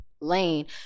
lane